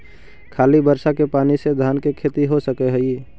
खाली बर्षा के पानी से धान के खेती हो सक हइ?